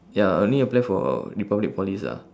ya only apply for republic polys ah